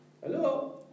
Hello